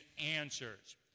answers